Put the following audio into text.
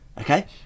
Okay